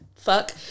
Fuck